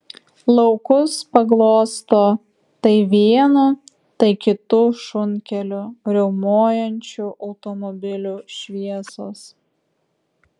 laukus paglosto tai vienu tai kitu šunkeliu riaumojančių automobilių šviesos